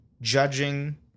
judging